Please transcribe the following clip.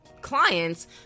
clients